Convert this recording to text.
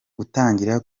gutangira